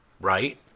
Right